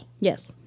Yes